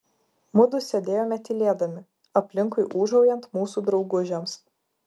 mudu sėdėjome tylėdami aplinkui ūžaujant mūsų draugužiams